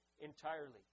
entirely